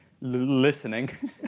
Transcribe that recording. listening